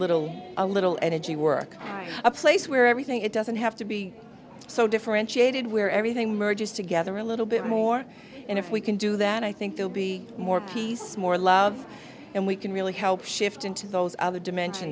little a little energy work a place where everything it doesn't have to be so differentiated where everything merges together a little bit more and if we can do that i think they'll be more peace more love and we can really help shift into those other dimension